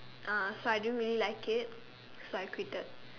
ah so I didn't really like it so I quitted